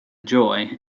joy